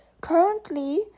currently